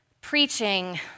Preaching